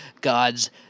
God's